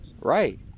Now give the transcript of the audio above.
Right